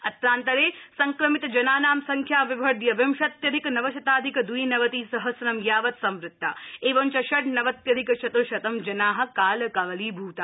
अत्रान्तरे संक्रमितजनानां संख्या विवध्य विंशत्यधिक नवशताधिक द्विनवति सहस्रं यावत् संवृत्ता एवञ्च षड्नवत्यधिक चत्र् शतं जना कालकवलीभूता